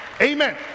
Amen